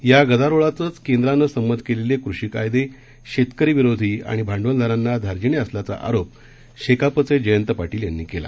या गदारोळातच केंद्रानं संमत केलेले कृषी कायदे शेतकरी विरोधी आणि भांडवलदारांना धार्जिणे असल्याचा आरोप शेकापचे जयंत पाटील यांनी केला